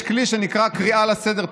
יש כלי שנקרא קריאה לסדר,